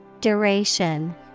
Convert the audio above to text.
Duration